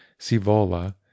Sivola